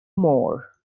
more